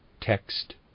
text